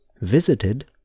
visited